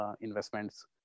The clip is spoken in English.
investments